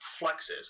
flexes